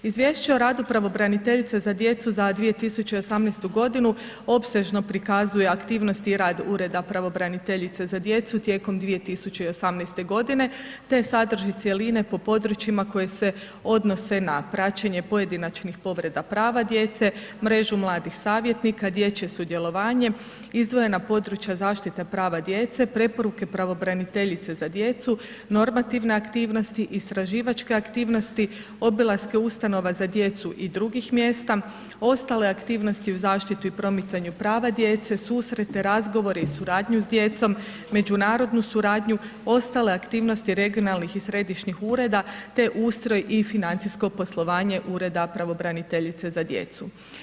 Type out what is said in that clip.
Izvješće o radu pravobraniteljice za djecu za 2018. g. opsežno prikazuje aktivnosti i rad Ureda pravobraniteljice za djecu tijekom 2018. g. te sadrži cjeline po područjima koje se odnose na praćenje pojedinačnih povreda prava djece, mrežu mladih savjetnika, dječje sudjelovanje, izdvojena područja zaštite prava djece, preporuke pravobraniteljice za djecu, normativne aktivnosti, istraživačke aktivnosti, obilaske ustanova za djecu i drugih mjesta, ostale aktivnost uz zaštitu i promicanju prava djece, susrete, razgovore i suradnju s djecom, međunarodnu suradnju, ostale aktivnosti regionalnih i središnjih ureda te ustroj i financijsko poslova Ureda pravobraniteljice za djecu.